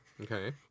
Okay